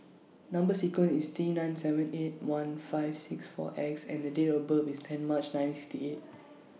Number sequence IS T nine seven eight one five six four X and Date of birth IS ten March nineteen sixty eight